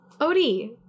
Odie